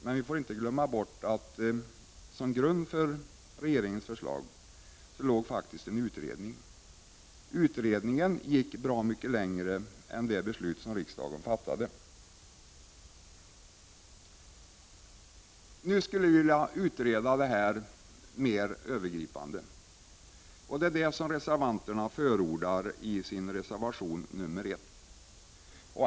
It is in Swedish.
Men till grund för regeringens förslag låg en utredning som gick bra mycket längre än det beslut som riksdagen sedan fattade — det får vi inte glömma bort. Nu skulle vi vilja ha till stånd en mer övergripande utredning på det här området. Det är vad reservanterna förordar i reservation nr 1.